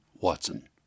Watson